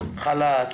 חל"ת,